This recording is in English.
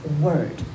word